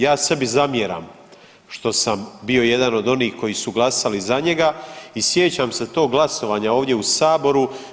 Ja sebi zamjeram što sam bio jedan od onih koji su glasali za njega i sjećam se tog glasovanja ovdje u saboru.